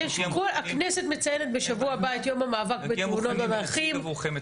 הכנסת מציינת שבוע הבא את יום המאבק בתאונות הדרכים.